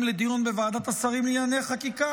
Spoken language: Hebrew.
לדיון בוועדת השרים לענייני חקיקה,